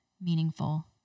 meaningful